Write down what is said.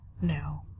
No